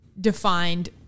defined